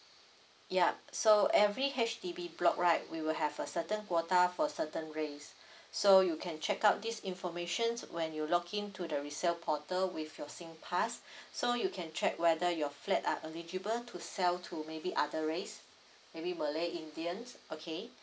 yup so every H_D_B block right we will have a certain quota for certain race so you can check out this information when you login to the resale portal with your singpass so you can check whether your flat are eligible to sell to maybe other race maybe malay indians okay